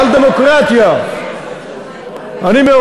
בדמוקרטיה אני קצת מבין,